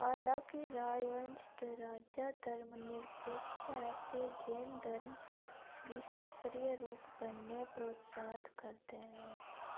हालां के राजवंश दे राजा धर्मनिरपेक्ष हे ते जैन धर्म गी सक्रिय रूप कन्नै प्रोत्साह्त करदे हे